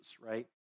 right